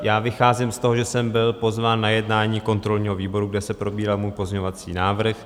Já vycházím z toho, že jsem byl pozván na jednání kontrolního výboru, kde se probíral můj pozměňovací návrh.